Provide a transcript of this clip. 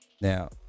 Now